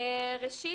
ראשית,